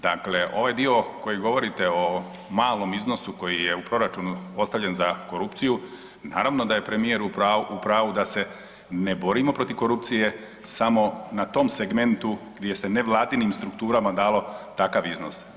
Dakle, ovaj dio koji govorite o malom iznosu koji je u proračunu ostavljen za korupciju, naravno da je premijer u pravu da se ne borimo protiv korupcije samo na tom segmentu gdje se nevladinim strukturama dalo takav iznos.